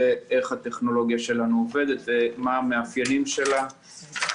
איך הטכנולוגיה שלנו עובדת ומה המאפיינים שלה,